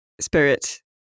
spirit